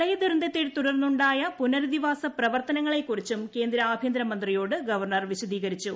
പ്രളയദുരന്തത്തെ തുടർന്നുണ്ടായ പുനരധിവാസ പ്രവർത്തനങ്ങളെക്കുറിച്ചും കേന്ദ്ര ആഭ്യന്തരമന്ത്രിയോട് ഗവർണർ വിശദീകരിച്ചു